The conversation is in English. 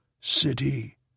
City